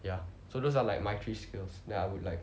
ya so those are like my three skills that I would like